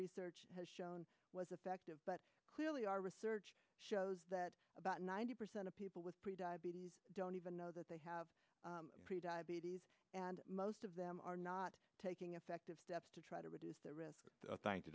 research has shown was effective but clearly our research shows that about ninety percent of people with pre diabetes don't even know that they have pre diabetes and most of them are not taking effective steps to try to reduce the risk